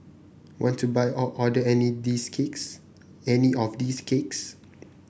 want to buy or order any these cakes any of these cakes